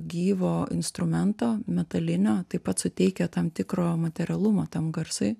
gyvo instrumento metalinio taip pat suteikia tam tikro materialumo tam garsui